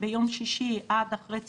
ביום שישי עד אחרי צוהריים,